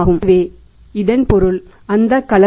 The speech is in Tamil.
எனவே இதன் பொருள் அந்த கலர் T